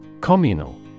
Communal